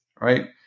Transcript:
Right